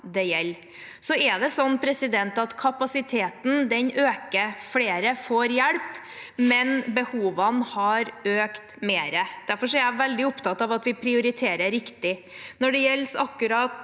Så er det slik at kapasiteten øker, flere får hjelp, men behovene har økt mer. Derfor er jeg veldig opptatt av at vi prioriterer riktig. Når det gjelder akkurat